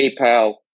PayPal